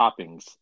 toppings